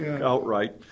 outright